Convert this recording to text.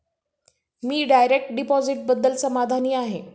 मी direct डिपॉझिटबद्दल समाधानी आहे